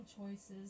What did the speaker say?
choices